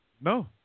No